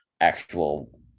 actual